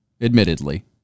admittedly